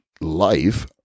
life